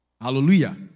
Hallelujah